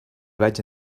vaig